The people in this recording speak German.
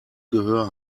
gehör